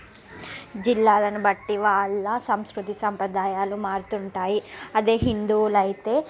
జిల్లాలను బట్టి వాళ్ళ సంస్కృతి సంప్రదాయాలు మారుతుంటాయి అదే హిందువులు అయితే